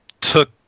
took